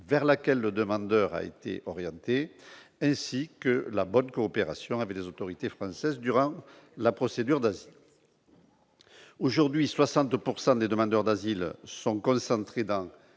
vers laquelle le demandeur a été orienté, ainsi que la bonne coopération avec les autorités françaises durant la procédure d'asile. Aujourd'hui, quelque 60 % des demandeurs d'asile sont concentrés dans